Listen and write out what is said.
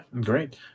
great